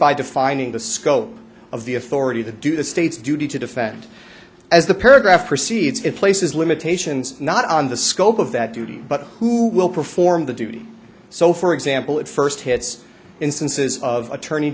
by defining the scope of the authority to do the state's duty to defend as the paragraph proceeds it places limitations not on the scope of that duty but who will perform the duty so for example it first hits instances of attorney